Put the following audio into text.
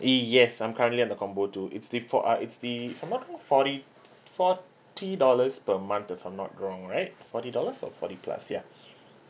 yes I'm currently on the combo two it's the four uh it's the if I'm not wrong forty forty dollars per month if I'm not wrong right forty dollars or forty plus ya